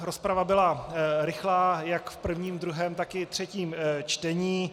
Rozprava byla rychlá jak v prvním, druhém, tak i třetím čtení.